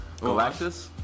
Galactus